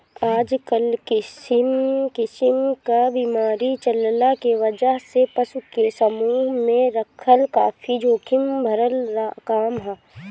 आजकल किसिम किसिम क बीमारी चलला के वजह से पशु के समूह में रखल काफी जोखिम भरल काम ह